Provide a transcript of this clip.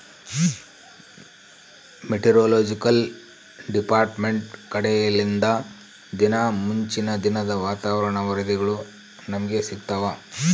meteorological department ಕಡೆಲಿಂದ ದಿನಾ ಮುಂಚಿನ ದಿನದ ವಾತಾವರಣ ವರದಿಗಳು ನಮ್ಗೆ ಸಿಗುತ್ತವ